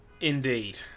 Indeed